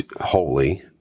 holy